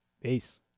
peace